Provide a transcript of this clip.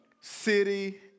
city